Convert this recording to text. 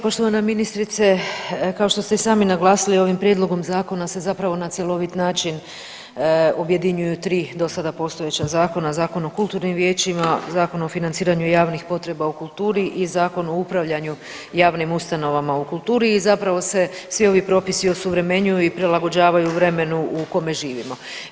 Poštovana ministrice kao što ste i sami naglasili ovim prijedlogom zakona se zapravo na cjelovit način objedinjuju 3 dosada postojeća zakona, Zakon o kulturnim vijećima, Zakon o financiranju javnih potreba u kulturi i Zakon o upravljanju javnim ustanovama u kulturi i zapravo se svi ovi propisi osuvremenjuju i prilagođavaju vremenu u kome živimo.